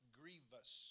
grievous